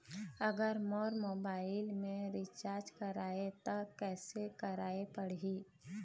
अगर मोर मोबाइल मे रिचार्ज कराए त कैसे कराए पड़ही?